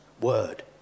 word